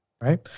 Right